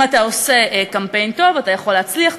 אתה עושה קמפיין טוב אתה יכול להצליח,